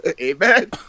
Amen